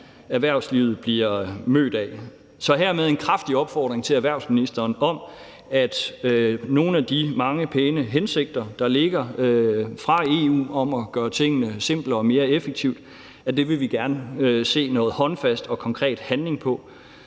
erhvervslivet bliver mødt af. Så det er hermed en kraftig opfordring til erhvervsministeren til handling. Nogle af de mange pæne hensigter, der ligger fra EU, om at gøre tingene simplere og mere effektive, vil vi gerne se noget håndfast og konkret handling på,